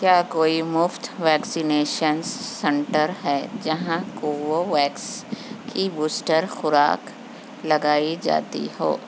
کیا کوئی مفت ویکسینیشن سینٹر ہے جہاں کووو ویکس کی بوسٹر خوراک لگائی جاتی ہو